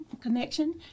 connection